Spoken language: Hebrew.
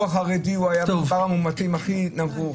בגל הרביעי הציבור החרדי היה עם מספר המאומתים הכי נמוך,